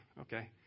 okay